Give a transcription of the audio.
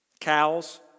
Cows